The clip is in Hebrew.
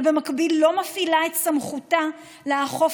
אבל במקביל היא לא מפעילה את סמכותה לאכוף